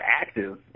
active